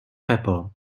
pepper